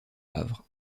havre